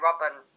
robin